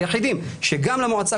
היחידים שגם למועצה,